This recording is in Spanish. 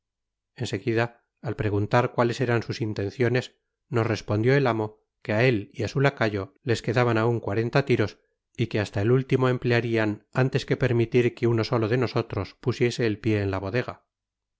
seguida al preguntar cuales eran sus intenciones nos respondió el amo que á él y á su lacayo les quedaban aun cuarenta tiros y que hasta el último emplearian antes que permitir que uno solo de nosotros pusiese el pié en la bodega